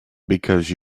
because